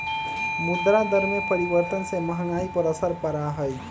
मुद्रा दर में परिवर्तन से महंगाई पर असर पड़ा हई